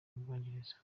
bwongereza